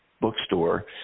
bookstore